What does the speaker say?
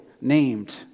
named